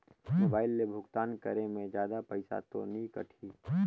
Mobile से भुगतान करे मे जादा पईसा तो नि कटही?